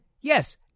yes